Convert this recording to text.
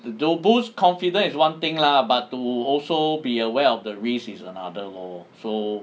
the to boost confidence is one thing lah but to also be aware of the risk is another lor so